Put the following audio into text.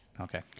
Okay